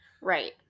right